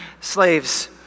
Slaves